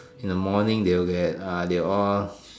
in the morning they will get uh they are all